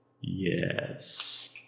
Yes